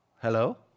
Hello